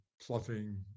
plotting